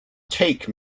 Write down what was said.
take